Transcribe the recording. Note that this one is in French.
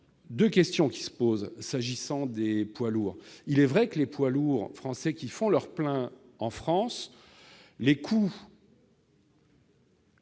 Deux questions se posent s'agissant des poids lourds. Les coûts des poids lourds français qui font leur plein en France sont